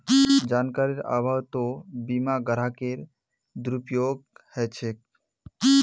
जानकारीर अभाउतो बीमा ग्राहकेर दुरुपयोग ह छेक